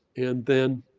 and then